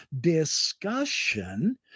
discussion